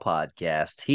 Podcast